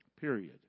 Period